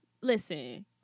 Listen